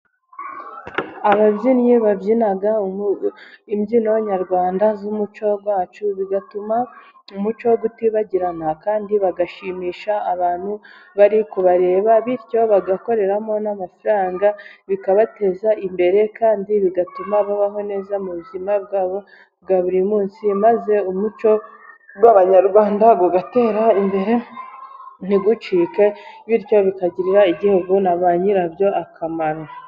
Ababyinnyi babyina imbyino nyarwanda z'umuco wacu bigatuma umuco utibagirana, kandi bagashimisha abantu bari kubareba bityo bagakoreramo n'amafaranga bikabateza imbere, kandi bigatuma babaho neza mu buzima bwabo bwa buri munsi maze umuco w'Abanyarwanda ugatera imbere ntucike , bityo bikagirira igihugu na ba nyirabyo akamaro.